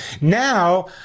Now